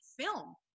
film